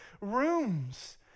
rooms